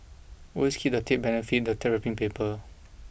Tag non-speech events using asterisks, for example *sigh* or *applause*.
always keep the tape benefit the *unintelligible* paper